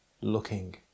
looking